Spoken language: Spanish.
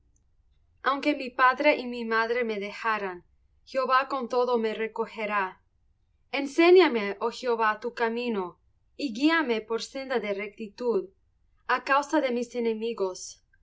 aunque mi padre y mi madre me dejaran jehová con todo me recogerá enséñame oh jehová tu camino y guíame por senda de rectitud a causa de mis enemigos